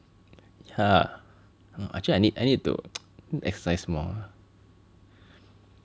!huh! no actually I need I need to exercise more